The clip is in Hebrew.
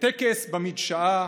בטקס במדשאה,